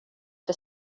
för